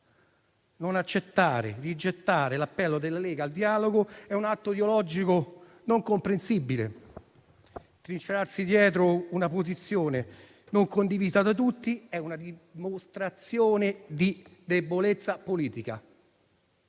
non accettare e rigettare l'appello della Lega al dialogo è un atto ideologico incomprensibile; trincerarsi dietro una posizione non condivisa da tutti è una dimostrazione di debolezza politica.